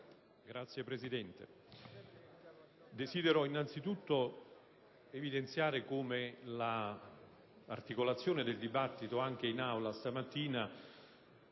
Grazie, Presidente.